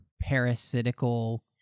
parasitical